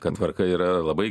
kad tvarka yra labai